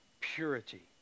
purity